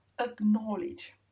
Acknowledge